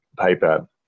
paper